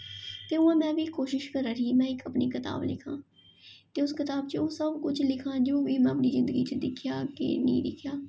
ते हून में बी कोशिश करा नी आ में बी अपनी इक कताब लिखां ते उस कताब च ओह् सब कुछ लिखां जो बी में अपनी जिन्दगी च दिक्खेआ केह् नेईं दिक्खेआ